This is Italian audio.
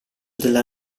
della